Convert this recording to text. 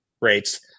rates